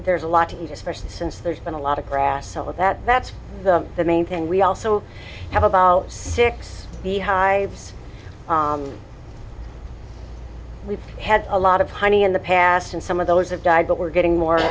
there's a lot even especially since there's been a lot of grass all of that that's the main thing we also have about six beehives we've had a lot of honey in the past and some of those have died but we're getting more